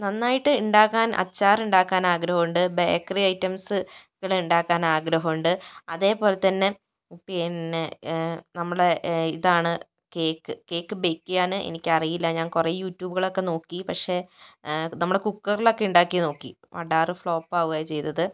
നന്നായിട്ട് ഉണ്ടാക്കാൻ അച്ചാറുണ്ടാക്കാൻ ആഗ്രഹമുണ്ട് ബേക്കറി ഐറ്റംസുകൾ ഉണ്ടാക്കാൻ ആഗ്രഹമുണ്ട് അതേപോലെ തന്നെ പിന്നെ നമ്മുടെ ഇതാണ് കേക്ക് കേക്ക് ബേക്ക് ചെയ്യാൻ എനിക്കറിയില്ല ഞാൻ കുറേ യൂട്യൂബുകളൊക്കെ നോക്കി പക്ഷെ നമ്മുടെ കുക്കറിലൊക്കെ ഉണ്ടാക്കി നോക്കി അടാർ ഫ്ലോപ്പാവുകയാ ചെയ്തത്